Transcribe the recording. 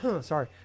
Sorry